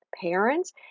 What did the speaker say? parents